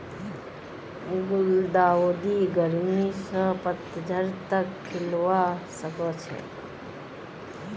गुलदाउदी गर्मी स पतझड़ तक खिलवा सखछे